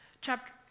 chapter